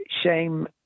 shame